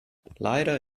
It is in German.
leider